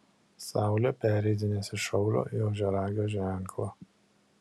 saulė pereidinės iš šaulio į ožiaragio ženklą